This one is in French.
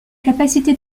capacité